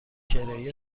کرایه